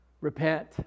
Repent